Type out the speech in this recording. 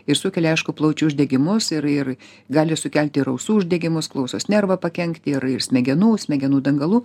ir sukelia aišku plaučių uždegimus ir ir gali sukelti ir ausų uždegimus klausos nervą pakenkti ir ir smegenų smegenų dangalų